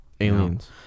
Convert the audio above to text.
Aliens